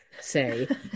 say